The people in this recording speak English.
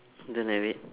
don't have it